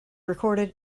recorded